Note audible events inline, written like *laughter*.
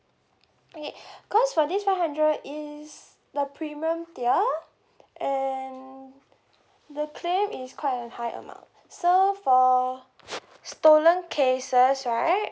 okay *breath* cause for this five hundred is the premium tier and the claim is quite an high amount so for stolen cases right